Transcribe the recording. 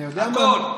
הכול.